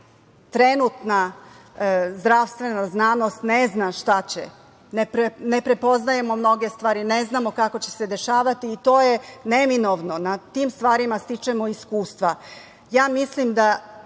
trenutna zdravstvena znanost ne zna šta će, ne prepoznajemo mnoge stvari, ne znamo kako će se dešavati. To je neminovno, na tim stvarima stičemo iskustva. Mislim da